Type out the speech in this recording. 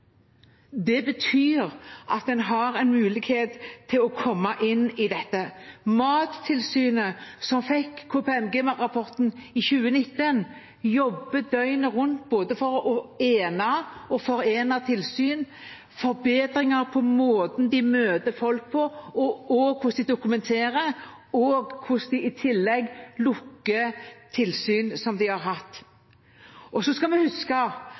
betyr at en har en mulighet til å komme inn i dette. Mattilsynet, som fikk KPMG-rapporten i 2019, jobber døgnet rundt både for å ene og forene tilsyn, gjøre forbedringer i måten de møter folk på, og også hvordan de dokumenterer og hvordan de i tillegg lukker tilsyn som de har hatt. Så skal vi huske